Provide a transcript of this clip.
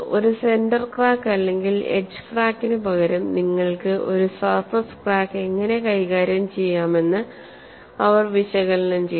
ഒരു centre crack അല്ലെങ്കിൽ edge ക്രാക്കിനുപകരം നിങ്ങൾക്ക് ഒരു സർഫസ് ക്രാക്ക് എങ്ങനെ കൈകാര്യം ചെയ്യാമെന്ന് അവർ വിശകലനം ചെയ്തു